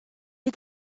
had